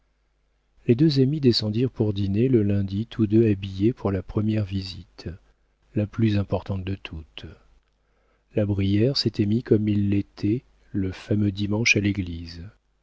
les deux amis descendirent pour dîner le lundi tous deux habillés pour la première visite la plus importante de toutes la brière s'était mis comme il l'était le fameux dimanche à l'église